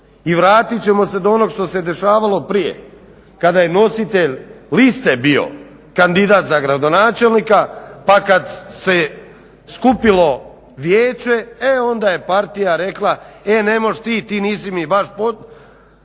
I vratit ćemo se do onog što se dešavalo prije kada je nositelj liste bio kandidat za gradonačelnika, pa kad se skupilo vijeće, e onda je partija rekla e nemož ti, ti nisi baš podoban,